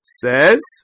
says